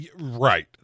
Right